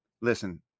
Listen